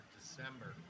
December